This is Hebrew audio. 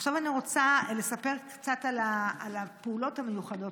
עכשיו אני רוצה לספר קצת על הפעולות המיוחדות